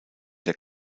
der